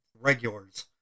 regulars